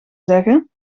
zeggen